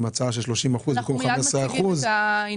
הצעה של 30% במקום 15%. תכף נציג את זה.